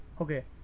Okay